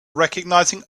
recognizing